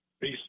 Peace